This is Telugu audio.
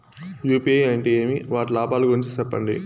యు.పి.ఐ అంటే ఏమి? వాటి లాభాల గురించి సెప్పండి?